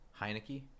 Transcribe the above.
Heineke